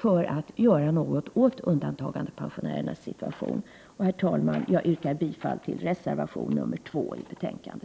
som vill göra något åt undantagandepensionärernas situation. Herr talman! Jag yrkar bifall till reservation 2 som är fogad till detta betänkande.